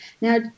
Now